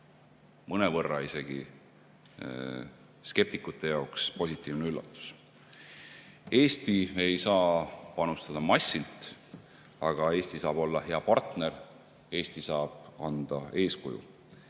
mõnevõrra isegi skeptikute jaoks positiivne üllatus. Eesti ei saa panustada massiga, aga Eesti saab olla hea partner, Eesti saab anda eeskuju.